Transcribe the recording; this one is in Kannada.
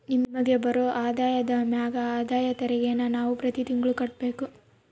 ನಮಿಗ್ ಬರೋ ಆದಾಯದ ಮ್ಯಾಗ ಆದಾಯ ತೆರಿಗೆನ ನಾವು ಪ್ರತಿ ತಿಂಗ್ಳು ಕಟ್ಬಕು